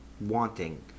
wanting